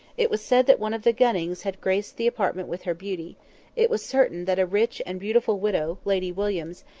it was said that one of the gunnings had graced the apartment with her beauty it was certain that a rich and beautiful widow, lady williams,